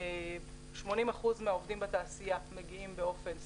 80% מהעובדים בתעשייה מגיעים באופן סדיר.